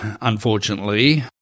unfortunately